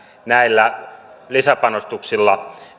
näillä lisäpanostuksilla